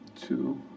two